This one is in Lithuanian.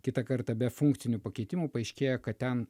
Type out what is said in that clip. kitą kartą be funkcinių pakitimų paaiškėja kad ten